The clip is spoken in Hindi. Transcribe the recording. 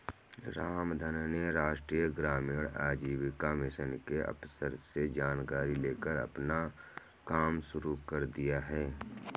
रामधन ने राष्ट्रीय ग्रामीण आजीविका मिशन के अफसर से जानकारी लेकर अपना कम शुरू कर दिया है